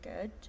good